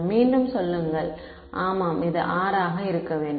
மீண்டும் சொல்லுங்கள் ஆமாம் இது R ஆக இருக்க வேண்டும்